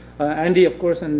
andy, of course, and